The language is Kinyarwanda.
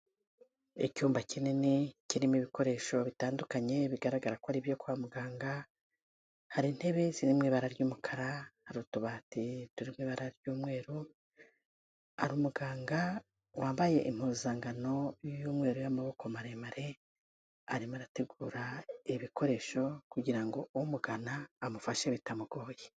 Icyumba kinini kirimo ibikoresho bitandukanye bigaragara ko ari ibyo kwa muganga, hari intebe ziri mu ibara ry'umukara, hari utubati turi mu ibara ry'umweru, hari umuganga wambaye impuzangano y'umweru y'amaboko maremare arimo arategura ibikoresho kugira ngo umugana amufashe bitamugoye.